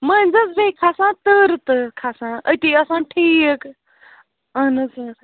مٔنٛزۍ حظ بیٚیہِ کھَسان تۭرٕ تۭرٕ کھَسان أتی آسان ٹھیٖک اَہَن حظ آ